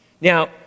Now